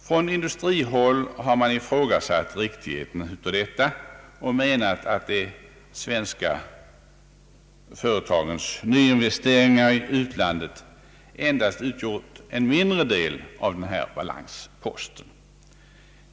Från industrihåll har man ifrågasatt riktigheten av detta och hävdat att de svenska företagens nyinvesteringar i utlandet utgjort endast en mindre del av hithörande balanspost.